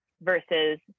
versus